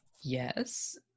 Yes